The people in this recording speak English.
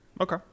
Okay